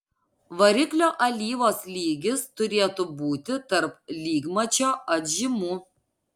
variklio alyvos lygis turėtų būti tarp lygmačio atžymų